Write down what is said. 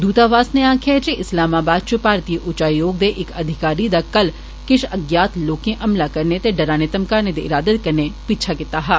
दूतावास नै आक्खेआ ऐ जे इस्लामाबाद च भारतीय उच्चायोग दे इक अधिकारी दा कल किश अज्ञात लोकें हमला करने ते डराने धमकाने दे इरादे कन्नै पीछा कीता हा